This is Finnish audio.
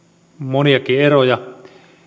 moniakin eroja